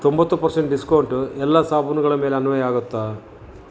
ತೊಂಬತ್ತು percent discount ಎಲ್ಲ ಸಾಬೂನುಗಳ ಮೇಲೆ ಅನ್ವಯ ಆಗುತ್ತಾ